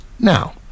Now